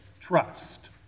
trust